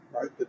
right